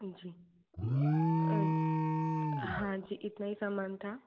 जी हाँ जी इतना ही सामान था